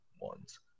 ones